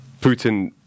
putin